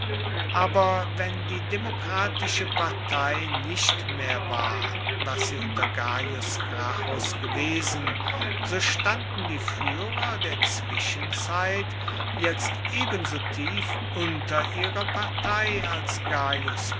aber wenn die demokratische partei nicht mehr war was sie unter gaius gracchus gewesen so standen die führer der zwischenzeit jetzt ebenso tief unter ihrer partei als